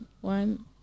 one